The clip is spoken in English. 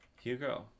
Hugo